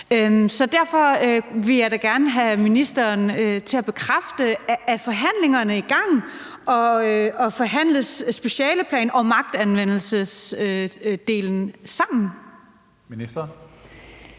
er. Derfor vil jeg gerne have ministeren til at bekræfte, om forhandlingerne er i gang, og forhandles specialeplanen og magtanvendelsesdelen sammen? Kl.